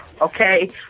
okay